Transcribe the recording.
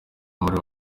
muri